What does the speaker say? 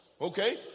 Okay